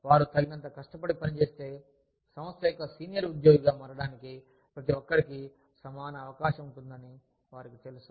వారు తగినంత కష్టపడి పనిచేస్తే సంస్థ యొక్క సీనియర్ ఉద్యోగిగా మారడానికి ప్రతి ఒక్కరికి సమాన అవకాశం ఉంటుందని వారికి తెలుసు